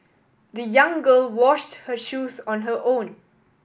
the young girl washed her shoes on her own